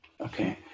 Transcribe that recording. Okay